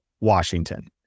Washington